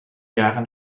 jahren